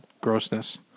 grossness